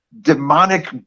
demonic